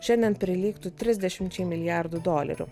šiandien prilygtų trisdešimčiai milijardų dolerių